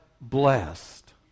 blessed